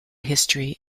history